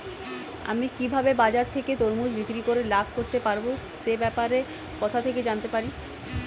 আমি কিভাবে বাজার থেকে তরমুজ বিক্রি করে লাভ করতে পারব সে ব্যাপারে কোথা থেকে জানতে পারি?